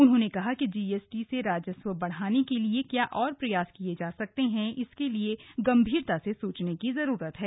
उन्होंने कहा कि जीएसटी से राजस्व बढ़ाने के लिए क्या और प्रयास किये जा सकते हैं इसके लिए गम्भीरता से सोचने की जरूरत है